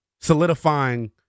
solidifying